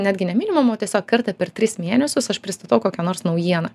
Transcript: netgi ne minimum o tiesiog kartą per tris mėnesius aš pristatau kokią nors naujieną